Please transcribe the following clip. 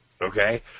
Okay